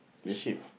the shape